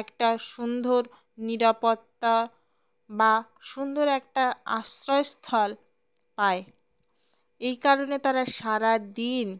একটা সুন্দর নিরাপত্তা বা সুন্দর একটা আশ্রয়স্থল পায় এই কারণে তারা সারাদিন